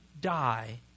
die